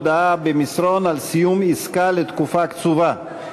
הודעה במסרון על סיום עסקה לתקופה קצובה),